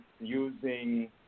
using